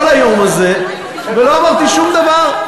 ולא אמרתי שום דבר.